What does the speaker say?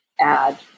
add